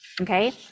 Okay